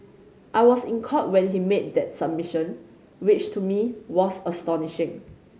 I was in Court when he made that submission which to me was astonishing